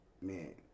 man